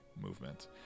movement